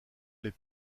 les